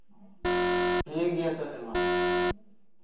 ᱴᱷᱤᱠ ᱜᱮᱭᱟ ᱛᱚᱵᱮ ᱢᱟ